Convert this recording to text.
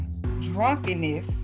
drunkenness